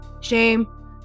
shame